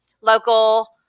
local